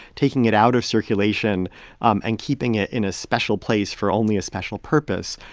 taking it out of circulation um and keeping it in a special place for only a special purpose,